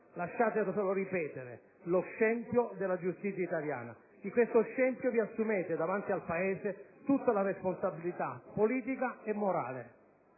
Lasciatemelo ripetere: è lo scempio della giustizia italiana. Di questo scempio vi assumete davanti al Paese tutta la responsabilità politica e morale.